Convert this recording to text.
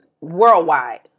worldwide